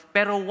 Pero